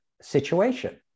situation